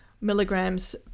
milligrams